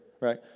right